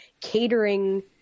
catering